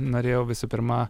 norėjau visų pirma